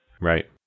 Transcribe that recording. Right